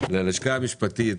ללשכה המשפטית,